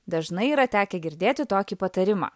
dažnai yra tekę girdėti tokį patarimą